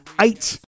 eight